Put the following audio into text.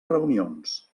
reunions